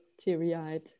teary-eyed